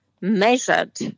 measured